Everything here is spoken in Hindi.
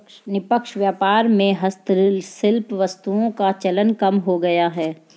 निष्पक्ष व्यापार में हस्तशिल्प वस्तुओं का चलन कम हो गया है